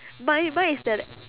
mine mine is the